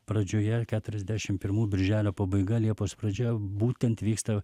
pradžioje keturiasdešim pirmų birželio pabaiga liepos pradžia būtent vyksta